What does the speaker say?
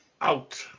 out